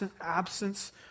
absence